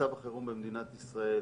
מצב החירום במדינת ישראל